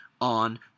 on